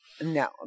No